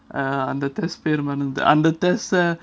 அந்த:andha test பேரு வந்துட்டு அந்த:peru vandhutu andha tester